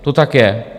To tak je.